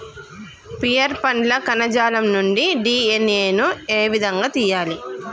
Pear పండ్ల కణజాలం నుండి డి.ఎన్.ఎ ను ఏ విధంగా తియ్యాలి?